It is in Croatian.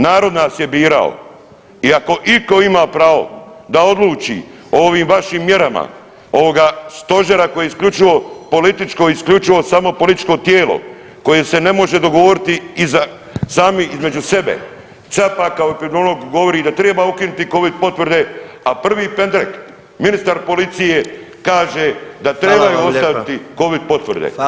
Narod nas je birao i ako itko ima pravo da odluči o ovim vašim mjerama ovoga Stožera koji je isključivo političko i isključivo samo političko tijelo, koje se ne može dogovoriti iza sami između sebe, Capak epidemiolog govori da treba ukinuti Covid potvrde, a prvi pendrek, ministar policije kaže da trebaju [[Upadica: Hvala vam lijepa.]] ostati Covid potvrde.